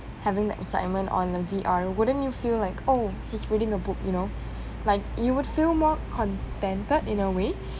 having the excitement on the V_R wouldn't you feel like oh he's reading a book you know like you would feel more contented in a way